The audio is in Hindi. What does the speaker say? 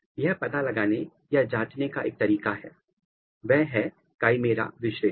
यह पता लगाने या जाँचने का एक और तरीका है वह है काईमेरा विश्लेषण